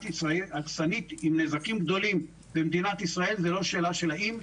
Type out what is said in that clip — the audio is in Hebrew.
ישראל עם נזקים גדולים זאת לא שאלה של האם,